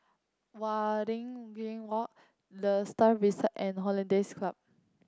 Waringin Walk The Star Vista and Hollandse Club